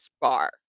bar